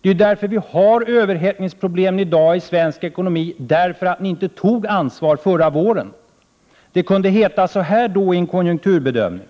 Det är för att ni inte tog ansvar förra våren som vi har överhettningsproblem i dag i svensk ekonomi. Det kunde då heta så här i en konjunkturbedömning: